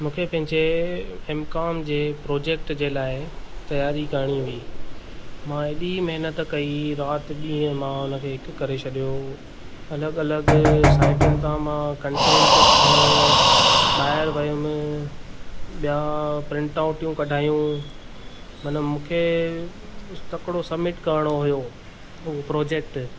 मूंखे पंहिंजे M Com जे प्रोजेक्ट जे लाइ तयारी करणी हुई मां एॾी महिनत कई राति ॾींहुं मां हुन खे हिकु करे छॾियो अलॻि अलॻि साइटिनि तां मां कंटेंट खयों ॿाहिरि वयुमि ॿिया प्रिंट आउटियूं कढायूं मन मूंखे तकिड़ो सब्मिट करणो हुओ उहो प्रोजेक्ट